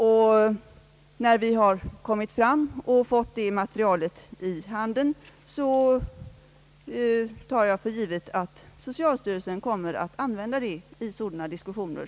Jag tar för givet att socialstyrelsen, när det materialet föreligger, kommer att använda det vid sådana diskussioner.